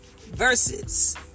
versus